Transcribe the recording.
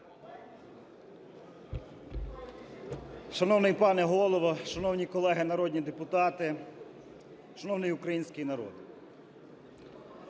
Шановний пане Голово, шановні колеги народні депутати, шановний український народе!